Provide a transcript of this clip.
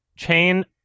chain